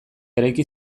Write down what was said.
eraiki